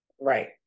Right